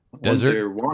desert